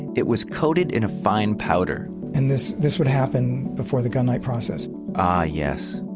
it was coated in a fine powder and this this would happen before the gunite process ah, yes.